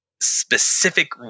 specific